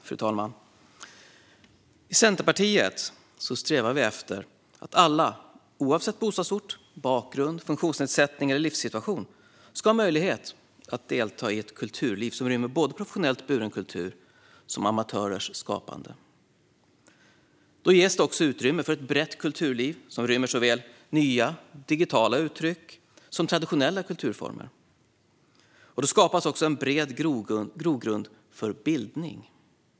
Fru talman! I Centerpartiet strävar vi efter att alla, oavsett bostadsort, bakgrund, funktionsnedsättning eller livssituation, ska ha möjlighet att delta i ett kulturliv som rymmer såväl professionellt buren kultur som amatörers skapande. Då ges det också utrymme för ett brett kulturliv som rymmer såväl nya digitala uttryck som traditionella kulturformer. Då skapas också en bred grogrund för bildning.